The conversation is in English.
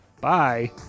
bye